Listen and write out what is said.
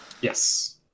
yes